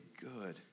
good